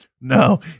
no